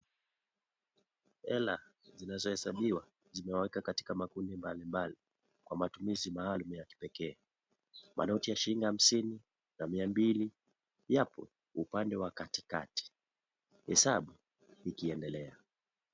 Hela zinazohesabiwa zimewekwa katika makundi mbali mbali kwa matumizi maalum ya kipekee, manoti na shilingi hamsini na mia mbili yapo upande wa katikati hesabu ikiendelea.